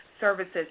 services